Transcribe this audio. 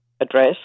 address